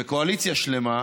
וקואליציה שלמה,